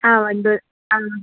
ആ വണ്ട് ആ